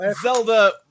Zelda